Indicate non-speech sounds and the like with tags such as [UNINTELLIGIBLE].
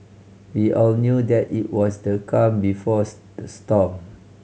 we all knew that it was the calm before [UNINTELLIGIBLE] storm